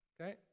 okay